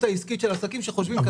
אתה